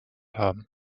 haben